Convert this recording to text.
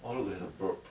all look like the brook